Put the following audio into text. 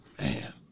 man